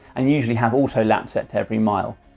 and usually have auto lap set to every mile.